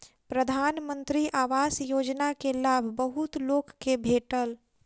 प्रधानमंत्री आवास योजना के लाभ बहुत लोक के भेटल